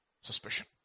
suspicion